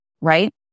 right